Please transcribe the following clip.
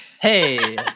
Hey